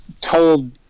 told